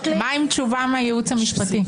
מה עם תשובה מהייעוץ המשפטי?